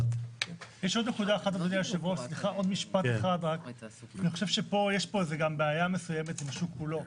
עוד משפט אחד אני חושב שיש כאן בעיה מסוימת עם השוק כולו.